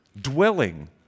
dwelling